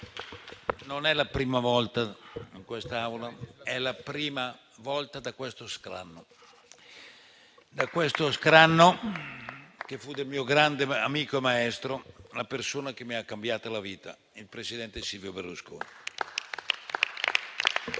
non è la prima volta in quest'Aula, è la prima volta da questo scranno, che fu del mio grande amico e maestro, la persona che mi ha cambiato la vita, il presidente Silvio Berlusconi.